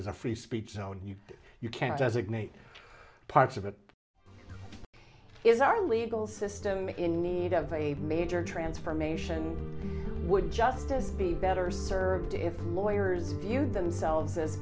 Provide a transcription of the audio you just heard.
as a free speech zone you you can't as ignite parts of it is our legal system in need of a major transformation would justice be better served if lawyers view themselves as